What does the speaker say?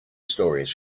stories